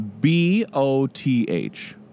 B-O-T-H